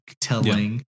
telling